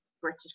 British